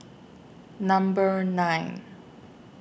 Number nine